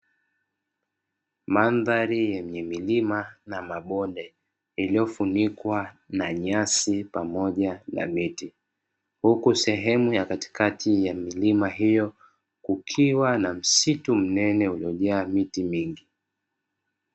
Mandhari ya milima na mabonde iliyo funikwa na nyasi pamoja na miti. Huku sehemu ya katikati ya milima hiyo kukiwa na msitu mnene uliojaa miti mingi.